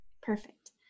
Perfect